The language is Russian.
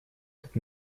как